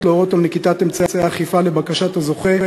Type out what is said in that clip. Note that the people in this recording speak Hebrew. להורות על נקיטת אמצעי אכיפה לבקשת הזוכה,